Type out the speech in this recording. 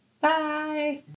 bye